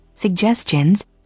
suggestions